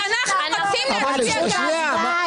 הצבעה